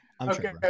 Okay